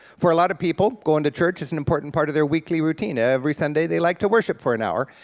for a lot of people, going to church is an important part of their weekly routine, every sunday they like to worship for an hour.